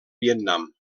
vietnam